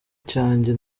cyanjye